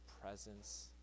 presence